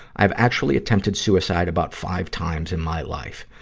i've actually attempted suicide about five times in my life.